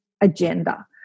agenda